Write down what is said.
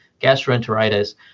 gastroenteritis